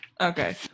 Okay